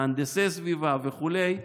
מהנדסי סביבה וכו'.